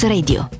Radio